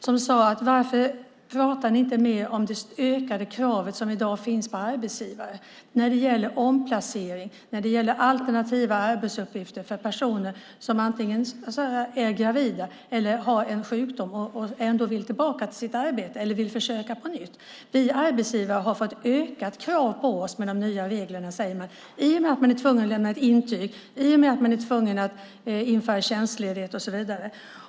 De undrade varför vi inte pratar mer om de ökade krav som i dag finns på arbetsgivare när det gäller omplacering och alternativa arbetsuppgifter för personer som är gravida eller har en sjukdom och ändå vill tillbaka till sitt arbete eller vill försöka på nytt. De sade att arbetsgivarna har fått ett ökat krav på sig med de nya reglerna i och med att man är tvungen att lämna ett intyg, i och med att man är tvungen att införa tjänstledighet och så vidare.